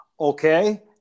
okay